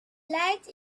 lights